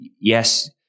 yes